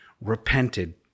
repented